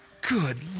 Good